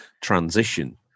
transition